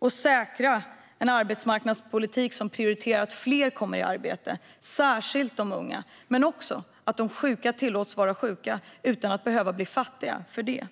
Vi måste säkra en arbetsmarknadspolitik som prioriterar att fler kommer i arbete, särskilt de unga, men också att de sjuka tillåts vara sjuka utan att behöva bli fattiga för det.